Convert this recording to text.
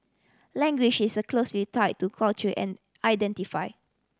language is a closely tie to culture and identify